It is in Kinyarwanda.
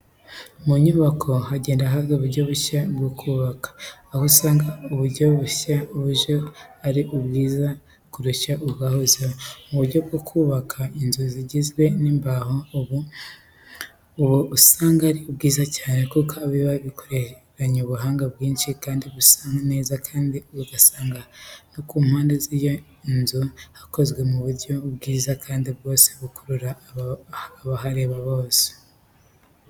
Mu nyubako hagenda haza uburyo bushya bwo kubaka, aho usanga uburyo bushya buje aba ari bwiza kurusha ubwahozeho, mu buryo bwo kubaka inzu zigizwe n'imbaho ubu, uba usanga ari bwiza cyane kuko biba bikoranye ubuhanga bwinshi kandi busa neza kandi ugasanga no ku mpande z'iyo nzu hakozwe mu buryo bwiza kandi rwose hakurura abahareba bose.